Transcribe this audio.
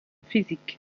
physique